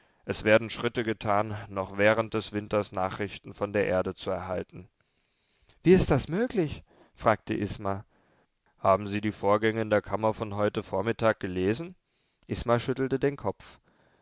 es werden schritte getan noch während des winters nachrichten von der erde zu erhalten wie ist das möglich fragte isma haben sie die vorgänge in der kammer von heute vormittag gelesen isma schüttelte den kopf